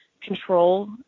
control